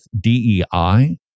DEI